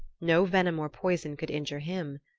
no venom or poison could injure him.